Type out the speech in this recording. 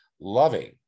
loving